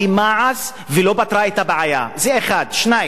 אני חושב שיש פוליטיקאים,